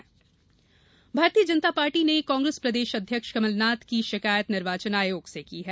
भाजपा आरोप भारतीय जनता पार्टी ने कांग्रेस प्रदेश अध्यक्ष कमलनाथ की शिकायत निर्वाचन आयोग से की है